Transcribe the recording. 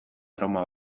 trauma